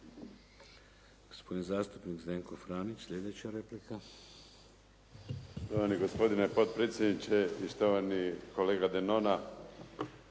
Hvala.